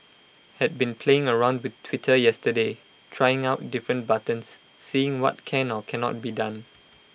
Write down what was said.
had been playing around with Twitter yesterday trying out different buttons seeing what can or cannot be done